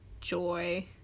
joy